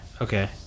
okay